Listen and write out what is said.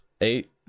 eight